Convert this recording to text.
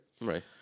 Right